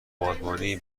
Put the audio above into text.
بادبانی